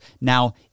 Now